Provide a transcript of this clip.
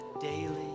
daily